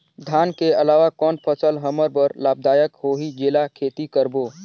धान के अलावा कौन फसल हमर बर लाभदायक होही जेला खेती करबो?